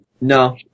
no